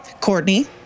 Courtney